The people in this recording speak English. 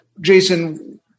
Jason